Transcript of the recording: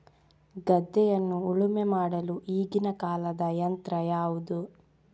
ಗದ್ದೆಯನ್ನು ಉಳುಮೆ ಮಾಡಲು ಈಗಿನ ಕಾಲದ ಯಂತ್ರ ಯಾವುದು?